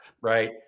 right